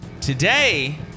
Today